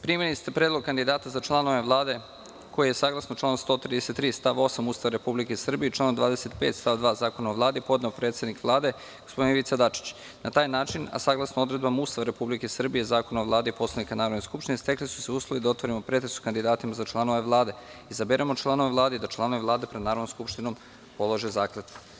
Primili ste predlog kandidata za članove Vlade koji je saglasno članu 133. stav 8. Ustava Republike Srbije i član 25. stav 2. Zakona o Vladi podneo predsednik Vlade gospodin Ivica Dačić, na taj način, a saglasno odredbama Ustava Republike Srbije, Zakona o Vladi i poslanika Narodne skupštine stekli su se uslovi da otvorimo pretres o kandidatima za članove Vlade, izaberemo članove Vlade i da članovi Vlade pred Narodnom skupštinom polože zakletvu.